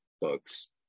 books